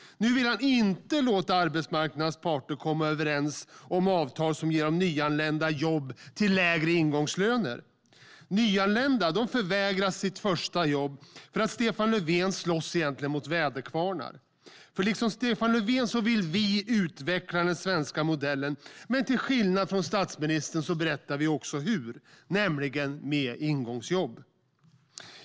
Nu vill han inte låta arbetsmarknadens parter komma överens om avtal som skulle ge de nyanlända jobb till lägre ingångslöner. Nyanlända förvägras sitt första jobb för att Stefan Löfven egentligen slåss mot väderkvarnar. Liksom Stefan Löfven vill vi utveckla den svenska modellen, men till skillnad från statsministern berättar vi också hur, nämligen med ingångsjobb.